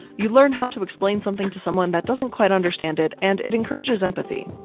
you learn how to explain something to someone that doesn't quite understand it, and it encourages empathy.